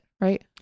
right